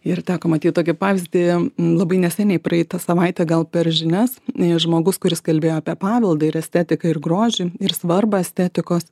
ir teko matyt tokį pavyzdį labai neseniai praeitą savaitę gal per žinias n žmogus kuris kalbėjo apie paveldą ir estetiką ir grožį ir svarbą estetikos